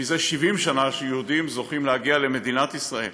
זה 70 שנה שיהודים זוכים להגיע למדינת ישראל.